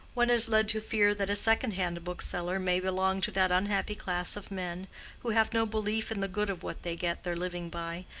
one is led to fear that a secondhand bookseller may belong to that unhappy class of men who have no belief in the good of what they get their living by,